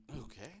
Okay